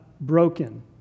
broken